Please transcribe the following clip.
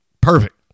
Perfect